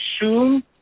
assume